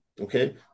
okay